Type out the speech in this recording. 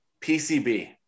PCB